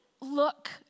Look